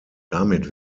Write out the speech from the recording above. damit